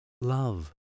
love